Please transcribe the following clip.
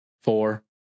four